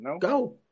Go